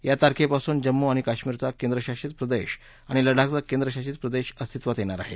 या तारखेपासून जम्मू आणि काश्मीरचा केंद्रशासित प्रदेश आणि लडाखचा केंद्रशासित प्रदेश अस्तित्वात येणार आहे